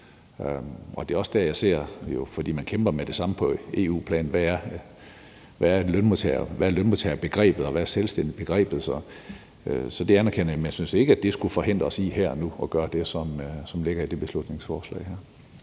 er det også der, jeg ser spørgsmålet om, hvad lønmodtagerbegrebet og selvstændigbegrebet så er. Så det anerkender jeg. Men jeg synes ikke, at det skulle forhindre os her og nu i at gøre det, som ligger i det beslutningsforslag her.